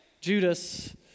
Judas